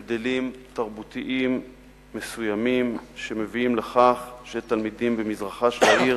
יש גם הבדלים תרבותיים מסוימים שמביאים לכך שתלמידים במזרחה של העיר